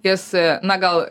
jas na gal